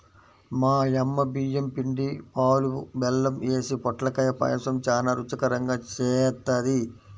మా యమ్మ బియ్యం పిండి, పాలు, బెల్లం యేసి పొట్లకాయ పాయసం చానా రుచికరంగా జేత్తది